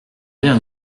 bien